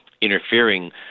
interfering